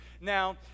Now